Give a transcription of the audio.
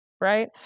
right